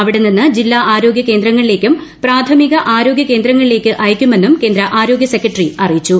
അവിടെനിന്ന് ജില്ലാ ആരോഗ്യ കേന്ദ്രങ്ങളിലേക്കും പ്രാഥമിക ആരോഗ്യ കേന്ദ്രത്തിലേക്കും അയക്കുമെന്നും കേന്ദ്ര ആരോഗൃ സെക്രട്ടറി അറിയിച്ചു